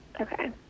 Okay